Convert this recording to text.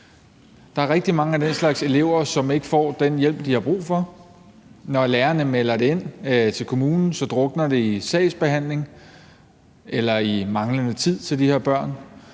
rigtig mange af den slags elever, som ikke får den hjælp, de har brug for. Når lærerne melder det ind til kommunen, drukner det i sagsbehandlingen eller i manglende tid til de her børn,